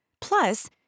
Plus